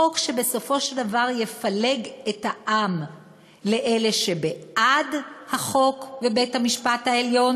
חוק שבסופו של דבר יפלג את העם לאלה שבעד החוק ובית-המשפט העליון